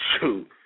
Shoot